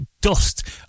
dust